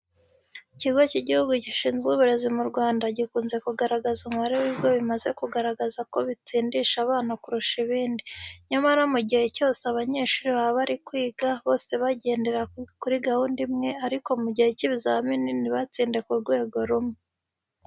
Ikigo cy'Igihugu gishinzwe Uburezi mu Rwanda gikunze kugaragaza umubare w'ibigo bimaze kugaragaza ko bitsindisha abana kurusha ibindi. Nyamara mu gihe cyose abanyeshuri baba bari kwiga, bose bagendera kuri gahunda imwe ariko mu gihe cy'ibizamini ntibatsinde ku rwego rumwe.